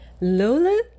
Lola